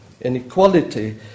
Inequality